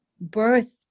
birth